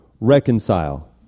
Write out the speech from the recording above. reconcile